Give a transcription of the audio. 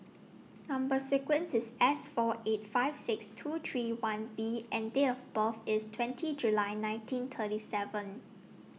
Number sequence IS S four eight five six two three one V and Date of birth IS twenty July nineteen thirty seven